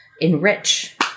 enrich